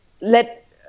let